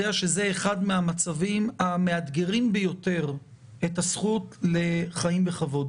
שזה אחד מהמצבים המאתגרים ביותר את הזכות לחיים בכבוד